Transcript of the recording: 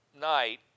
night